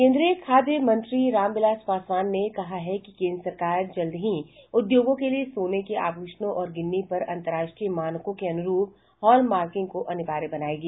केन्द्रीय खाद्य मंत्री रामविलास पासवान ने कहा कि केन्द्र सरकार जल्दी ही उद्योगों के लिए सोने के आभूषणों और गिन्नी पर अंतरराष्ट्रीय मानकों के अनुरूप हॉलमार्किंग को अनिवार्य बनायेगी